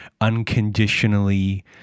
unconditionally